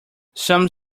some